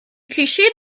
klischee